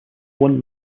one